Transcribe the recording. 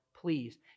please